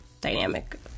dynamic